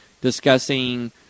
discussing